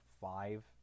five